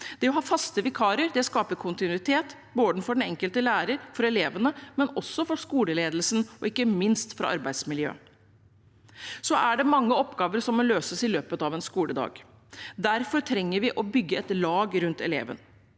Det å ha faste vikarer skaper kontinuitet både for den enkelte lærer, for elevene, for skoleledelsen og ikke minst for arbeidsmiljøet. Det er mange oppgaver som må løses i løpet av en skoledag. Derfor trenger vi å bygge et lag rundt eleven.